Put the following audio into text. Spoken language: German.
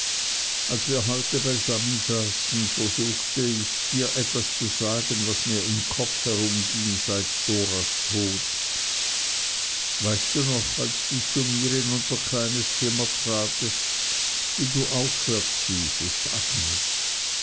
als wir heute beisammen saßen versuchte ich dir etwas zu sagen was mir im kopf herumging seit doras tod weißt du noch als du zu mir in unser kleines zimmer tratest wie du aufwärts wiesest agnes